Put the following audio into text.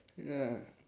ah